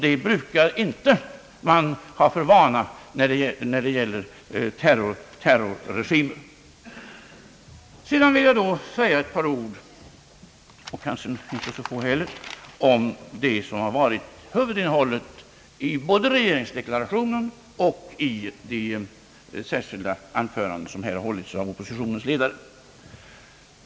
Det brukar man inte ha för vana att göra när det gäller terrorregimer. Sedan vill jag säga ett par ord — och kanske inte så få heller — om vad som varit huvudinnehållet i både regeringsdeklarationen och de särskilda anföranden som här hållits av oppositionens ledare.